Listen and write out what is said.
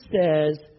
says